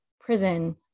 prison